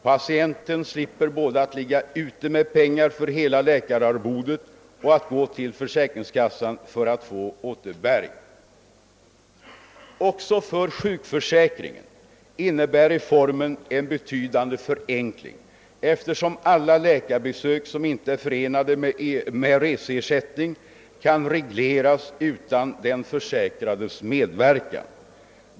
Patienten slipper både att ligga ute med pengar för hela läkararvodet och att gå till försäkringskassan för att få återbäring. Också för sjukförsäkringen innebär reformen en betydande förenkling, eftersom alla läkarbesök som inte är förenade med reseersättning kan regleras utan den försäkrades medverkan.